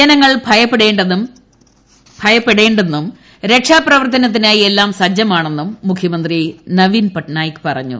ജന്മങ്ങൾ ഭയപ്പെടേ ന്നും രക്ഷാപ്രവർത്തനത്തിനായി എല്ലാം സജ്ജമാണെന്നും മുഖ്യമന്ത്രി നവീൻ പട്നായിക് പറഞ്ഞു